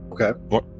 Okay